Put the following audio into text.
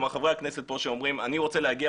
כלומר חברי הכנסת פה שאומרים: אני רוצה להגיע